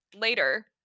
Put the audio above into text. later